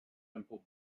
simple